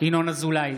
ינון אזולאי,